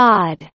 God